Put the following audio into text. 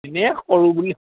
এনেই কৰোঁ বুলি